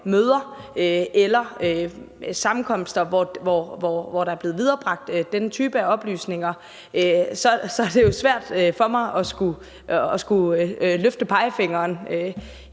møder eller sammenkomster, hvor der er blevet viderebragt den type af oplysninger, så er det jo svært for mig at skulle løfte pegefingeren.